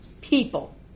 people